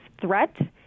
threat